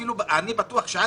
אני חושב שצריך